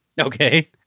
okay